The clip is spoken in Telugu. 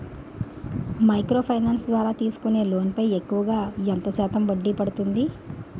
మైక్రో ఫైనాన్స్ ద్వారా తీసుకునే లోన్ పై ఎక్కువుగా ఎంత శాతం వడ్డీ పడుతుంది?